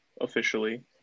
officially